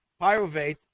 Pyruvate